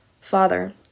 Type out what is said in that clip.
Father